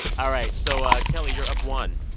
all right. so ah kelly, you're up one.